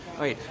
Okay